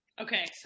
Okay